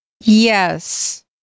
Yes